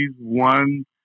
one